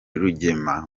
rugema